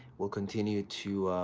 we'll continue to